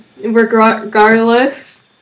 regardless